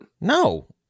No